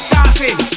Dancing